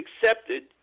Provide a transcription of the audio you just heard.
accepted